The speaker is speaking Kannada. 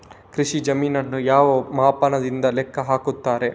ಕೃಷಿ ಜಮೀನನ್ನು ಯಾವ ಮಾಪನದಿಂದ ಲೆಕ್ಕ ಹಾಕ್ತರೆ?